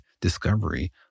discovery